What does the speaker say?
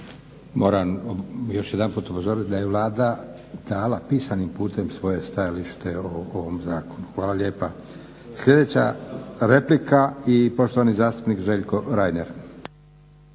Moram još jedanput upozoriti da je Vlada dala pisanim putem svoje stajalište o ovom zakonu. Hvala lijepa. Sljedeća replika i poštovani zastupnik Željko Reiner.